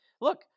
Look